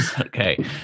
Okay